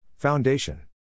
Foundation